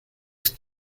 ist